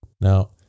Now